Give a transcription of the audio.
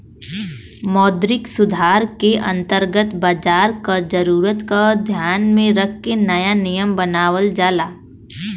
मौद्रिक सुधार के अंतर्गत बाजार क जरूरत क ध्यान में रख के नया नियम बनावल जाला